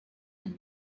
had